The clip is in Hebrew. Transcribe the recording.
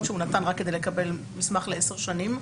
שהוא נתן רק כדי לקבל מסמך לעשר שנים,